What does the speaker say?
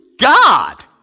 God